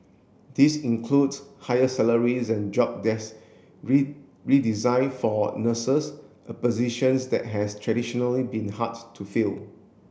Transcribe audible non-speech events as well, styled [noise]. this includes higher salaries and job [unintelligible] redesign for nurses a positions that has traditionally been hard to fill